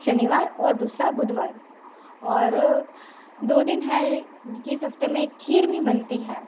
शनिवार और दूसरा बुधवार और दो दिन है की हप्ते में खीर भी बनती है